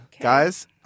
guys